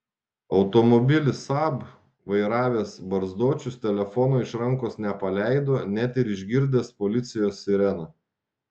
automobilį saab vairavęs barzdočius telefono iš rankos nepaleido net ir išgirdęs policijos sireną